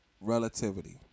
relativity